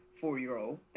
four-year-old